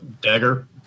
dagger